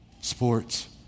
Sports